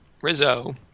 Rizzo